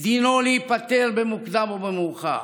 דינו להיפתר במוקדם או במאוחר,